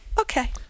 Okay